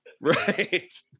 right